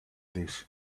this